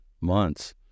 months